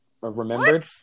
remembered